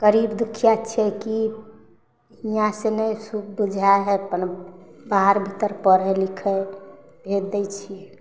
गरीब दुखिया छियै कि हियाँ से नहि बुझाइ हइ अपन बाहर भीतर पढ़ै लिखै भेज दै छी